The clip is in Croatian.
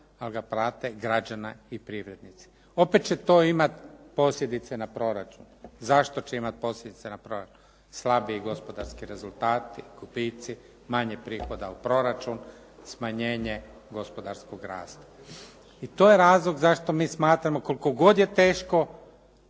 ali ga plate građani i privrednici. Opet će to imati posljedice na proračun. Zašto će imati posljedice na proračun? Slabiji gospodarski rezultati, gubici, manje prihoda u proračun, smanjenje gospodarskog rasta. I to je razlog zašto mi smatramo, koliko god je teško,